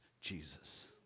Jesus